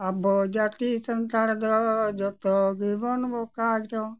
ᱟᱵᱚ ᱡᱟᱹᱛᱤ ᱥᱟᱱᱛᱟᱲ ᱫᱚ ᱡᱚᱛᱚ ᱜᱮᱵᱚᱱ ᱵᱚᱠᱟ ᱪᱚ